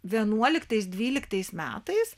vienuoliktais dvyliktais metais